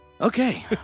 Okay